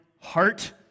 heart